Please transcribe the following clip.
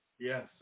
Yes